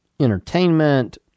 entertainment